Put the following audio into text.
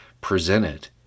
presented